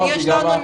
שאמרתי,